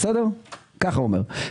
ככה הוא אומר.